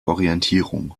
orientierung